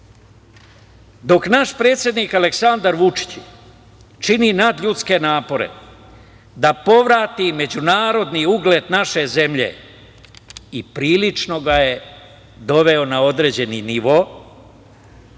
dok naš predsednik Aleksandar Vučić čini nadljudske napore da povrati međunarodni ugled naše zemlje i prilično ga je doveo na određeni nivo,